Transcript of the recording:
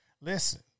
Listen